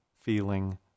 feeling